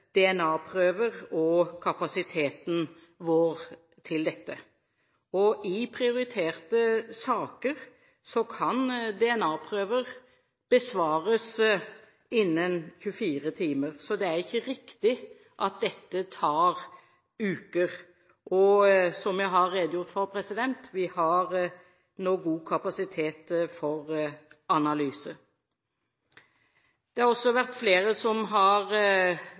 DNA-prøver og kapasiteten vår til dette. I prioriterte saker kan DNA-prøver besvares innen 24 timer, så det er ikke riktig at dette tar uker. Og som jeg har redegjort for: Vi har nå god kapasitet for analyser. Det er også flere som har